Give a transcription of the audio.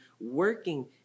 working